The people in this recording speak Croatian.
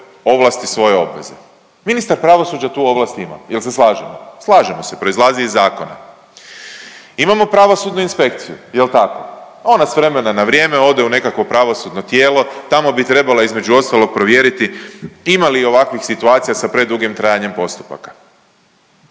ovlasti, svoje obveze. Ministar pravosuđa tu ovlast ima. Jel se slažemo? Slažemo se, proizlazi iz zakona. Imamo pravosudnu inspekciju, jel tako, ona s vremena na vrijeme ode u nekakvo pravosudno tijelo, tamo bi trebala između ostalog provjeriti ima li ovakvih situacija sa predugim trajanjem postupaka.